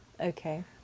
okay